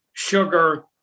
sugar